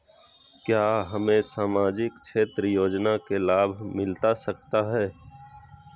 क्या हमें सामाजिक क्षेत्र योजना के लाभ मिलता सकता है?